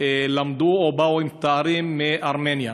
למדו או באו עם תארים מארמניה.